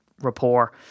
rapport